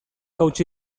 hautsi